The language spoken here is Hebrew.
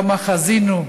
כמה חזינו,